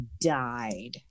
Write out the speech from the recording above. died